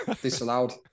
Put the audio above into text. disallowed